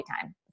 time